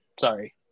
sorry